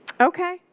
Okay